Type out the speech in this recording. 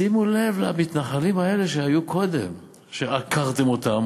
שימו לב למתנחלים האלה שהיו קודם, שעקרתם אותם.